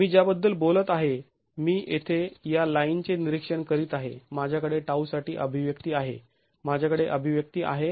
मी ज्याबद्दल बोलत आहे मी येथे या लाईनचे निरीक्षण करीत आहे माझ्याकडे τ साठी अभिव्यक्ती आहे माझ्याकडे अभिव्यक्ती आहे